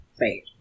Right